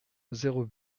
zéro